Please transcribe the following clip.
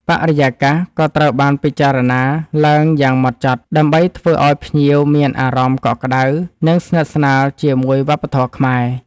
បរិយាកាសក៏ត្រូវបានពិចារណាឡើងយ៉ាងម៉ត់ចត់ ដើម្បីធ្វើឲ្យភ្ញៀវមានអារម្មណ៍កក់ក្ដៅ និងស្និទ្ធស្នាលជាមួយវប្បធម៌ខ្មែរ។